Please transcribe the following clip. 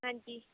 ਹਾਂਜੀ